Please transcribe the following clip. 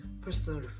personal